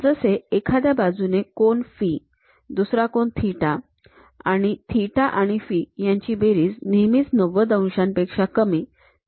जसे एखाद्या बाजून कोन फि दुसरा कोन थिटा आणि थिटा आणि फि यांची बेरीज ही नेहमीच ९० अंशांपेक्षा कमी किंवा ९० अंशांस सामान असते